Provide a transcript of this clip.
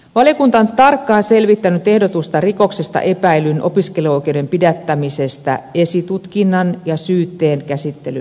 valiokunta on tarkkaan selvittänyt ehdotusta rikoksesta epäillyn opiskeluoikeuden pidättämisestä esitutkinnan ja syytteen käsittelyn ajaksi